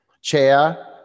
chair